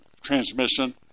transmission